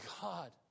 God